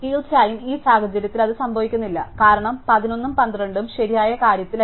തീർച്ചയായും ഈ സാഹചര്യത്തിൽ അത് സംഭവിക്കുന്നില്ല കാരണം 11 ഉം 12 ഉം ശരിയായ കാര്യത്തിലല്ല